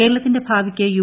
കേരളത്തിന്റെ ഭാവിക്ക് യു